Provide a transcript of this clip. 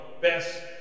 best